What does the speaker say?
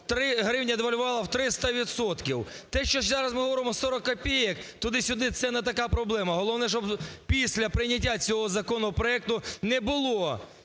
3 гривні девальвували в 300 відсотків. Те, що зараз ми говоримо, 40 копійок туди-сюди, це не така проблема. Головне, щоб після прийняття цього законопроекту не було